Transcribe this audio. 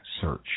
search